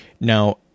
Now